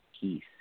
peace